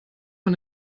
von